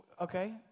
okay